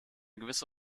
gewisse